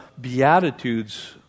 Beatitudes